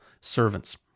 servants